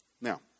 Now